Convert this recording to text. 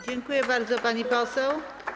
Dziękuję bardzo, pani poseł.